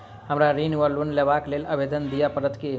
हमरा ऋण वा लोन लेबाक लेल आवेदन दिय पड़त की?